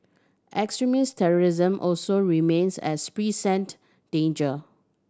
extremist terrorism also remains a present danger